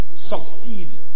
succeed